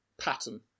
pattern